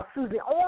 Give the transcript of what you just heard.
Susie